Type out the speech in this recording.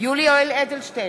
יולי יואל אדלשטיין,